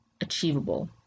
achievable